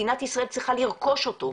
מדינת ישראל צריכה לרכוש אותו.